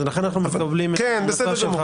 ולכן אנחנו מקבלים את ההמלצה שלך,